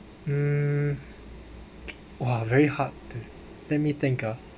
um !wah! very hard to let me think ah